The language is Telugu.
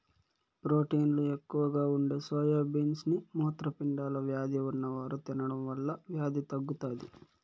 ప్రోటీన్లు ఎక్కువగా ఉండే సోయా బీన్స్ ని మూత్రపిండాల వ్యాధి ఉన్నవారు తినడం వల్ల వ్యాధి తగ్గుతాది